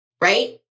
right